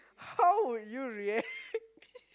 how would you react